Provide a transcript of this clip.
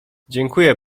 dziękuję